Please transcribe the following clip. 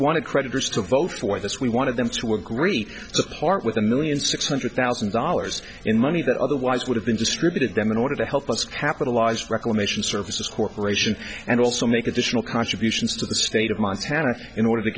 to creditors to vote for this we wanted them to agree a part with a million six hundred thousand dollars in money that otherwise would have been distributed them in order to help us capitalized reclamation services corporation and also make additional contributions to the state of montana in order to